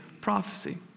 prophecy